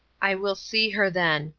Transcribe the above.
i will see her then,